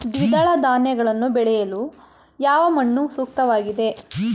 ದ್ವಿದಳ ಧಾನ್ಯಗಳನ್ನು ಬೆಳೆಯಲು ಯಾವ ಮಣ್ಣು ಸೂಕ್ತವಾಗಿದೆ?